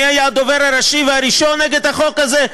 מי היה הדובר הראשי והראשון נגד החוק הזה?